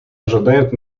ожидает